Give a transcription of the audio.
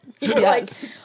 Yes